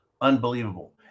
Unbelievable